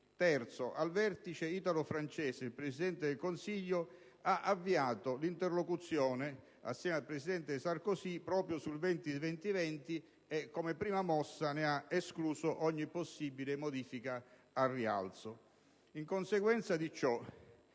al vertice italo-francese il Presidente del Consiglio ha avviato l'interlocuzione, assieme al presidente Sarkozy, proprio sull'accordo del 20-20-20 e come prima mossa, ne ha escluso ogni possibile modifica a rialzo. In conseguenza di ciò,